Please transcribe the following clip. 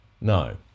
No